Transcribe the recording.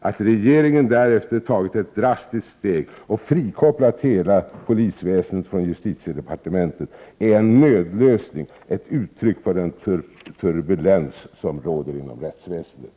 Att regeringen därefter tagit ett drastiskt steg och frikopplat hela polisväsendet från justitiedepartementet är en nödlösning, ett uttryck för den turbulens, som råder inom rättsväsendet.